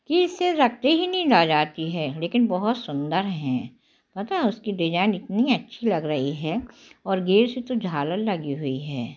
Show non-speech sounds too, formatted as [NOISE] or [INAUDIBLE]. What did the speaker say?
कि इसे रखते ही नींद आ जाती है लेकिन बहुत सुंदर हैं पता है उसकी डिजाइन इतनी अच्छी लग रही है और [UNINTELLIGIBLE] से तो झालर लगी हुई है